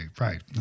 Right